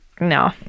no